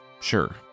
sure